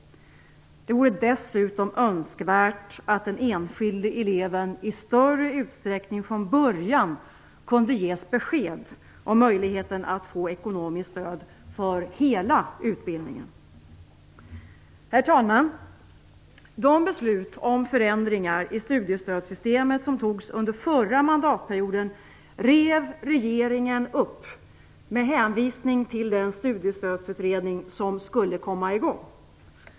Det vore dessutom önskvärt att den enskilde eleven i större utsträckning från början kunde ges besked om möjligheten att få ekonomiskt stöd för hela utbildningen. Herr talman! De beslut om förändringar i studiestödssystemet som fattades under förra mandatperioden rev regeringen upp med hänvisning till den studiestödsutredning som skulle komma i gång.